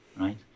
right